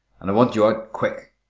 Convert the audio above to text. and i want you out quick.